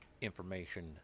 information